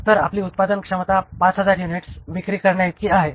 तर आपली उत्पादनक्षमता ५००० युनिट्स विक्री करण्याइतकी आहे